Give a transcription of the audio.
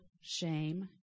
shame